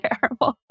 terrible